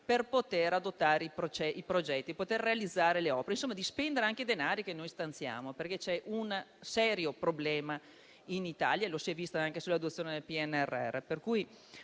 di poter adottare i progetti, realizzare le opere, spendere anche i denari che noi stanziamo. C'è infatti un serio problema in Italia, come si è visto anche con l'adozione del PNRR.